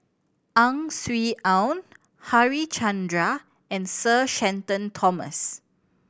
Ang Swee Aun Harichandra and Sir Shenton Thomas